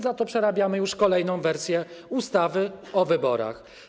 Za to przerabiamy już kolejną wersję ustawy o wyborach.